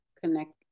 connect